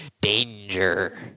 Danger